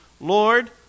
Lord